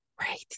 Right